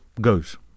goes